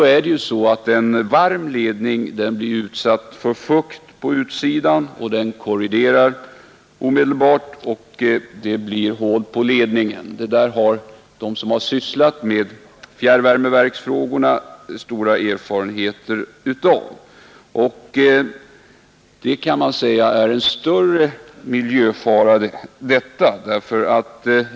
En varm ledning blir utsatt för fukt på utsidan; den korroderar omedelbart och det blir hål på ledningen. De som har sysslat med fjärrvärmeverksfrågorna har stora erfarenheter av det, och man kan säga att det är en större miljöfara än oljeutsläpp i vatten.